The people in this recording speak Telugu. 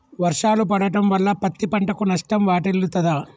వర్షాలు పడటం వల్ల పత్తి పంటకు నష్టం వాటిల్లుతదా?